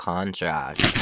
Contract